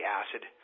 acid